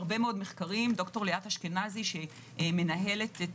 הרבה מאוד מחקרים ד"ר ליאת אשכנזי שמנהלת את